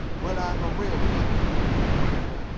well, i'm a real painter grainer,